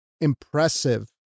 impressive